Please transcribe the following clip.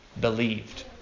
believed